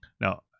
Now